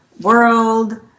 World